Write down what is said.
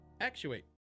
Actuate